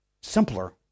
simpler